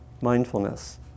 mindfulness